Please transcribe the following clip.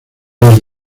los